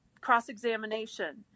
cross-examination